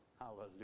Hallelujah